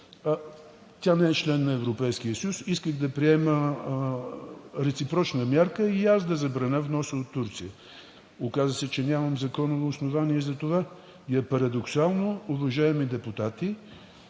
тя не е член на Европейския съюз, исках да предприема реципрочна мярка и аз да забраня вноса от Турция. Оказа се, че нямам законово основание за това. Парадоксално е, уважаеми депутати,